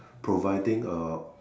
providing a